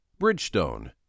Bridgestone